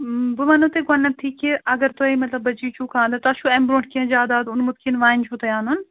بہٕ وَنہو تۄہہِ گۄڈنٮ۪تھٕے کہِ اگر تۄہہِ مطلب بچی چھُو خانٛدَر تۄہہِ چھُو اَمہِ برٛونٛٹھ کیٚنٛہہ جایداد اوٚنمُت کِنہٕ وۅنۍ چھُو تۄہہِ اَنُن